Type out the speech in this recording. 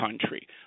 country